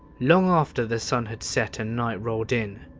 long after the sun had set and night rolled in,